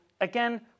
again